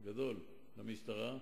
גדול למשטרה.